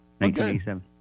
1987